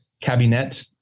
cabinet